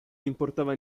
importava